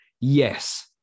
Yes